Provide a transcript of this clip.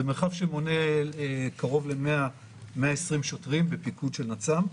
זה מרחב שמונה קרוב ל-120-100 שוטרים בפיקוד של נצ"מ.